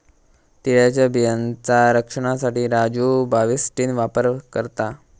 तिळाच्या बियांचा रक्षनासाठी राजू बाविस्टीन वापर करता